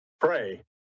pray